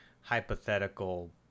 hypothetical